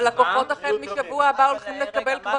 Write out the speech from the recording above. אבל לקוחות החל משבוע הבא הולכים לקבל כבר